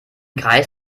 greis